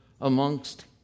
amongst